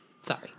Sorry